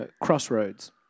crossroads